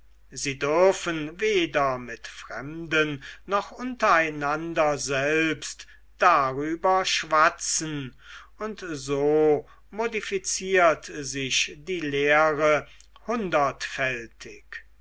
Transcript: sie dürfen weder mit fremden noch unter einander selbst darüber schwatzen und so modifiziert sich die lehre